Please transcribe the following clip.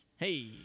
Hey